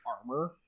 armor